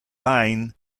tyne